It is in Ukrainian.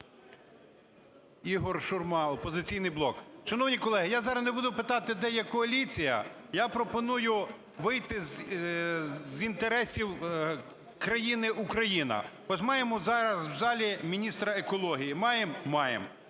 Ігор Шурма, "Опозиційний блок". Шановні колеги, я зараз не буду питати, де є коаліція, я пропоную вийти з інтересів країни Україна, бо маємо зараз в залі міністра екології. Маємо? Маємо.